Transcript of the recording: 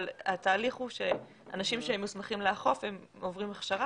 אבל התהליך הוא שאנשים שמוסמכים לאכוף עוברים הכשרה